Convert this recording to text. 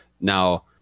now